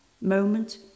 Moment